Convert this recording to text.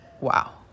Wow